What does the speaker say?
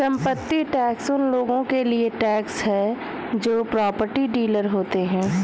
संपत्ति टैक्स उन लोगों के लिए टैक्स है जो प्रॉपर्टी डीलर होते हैं